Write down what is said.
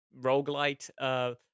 Roguelite